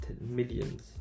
millions